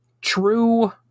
true